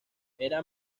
era